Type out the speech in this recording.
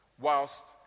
Whilst